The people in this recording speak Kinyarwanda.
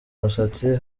musatsi